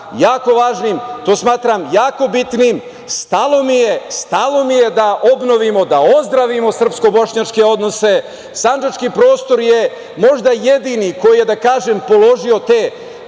jako važnim, to smatram jako bitnim, stalo mi je da obnovimo, da ozdravimo srpsko-bošnjačke odnose. Sandžački prostor je možda jedini, koji je, da kažem, položio te